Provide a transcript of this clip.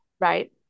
right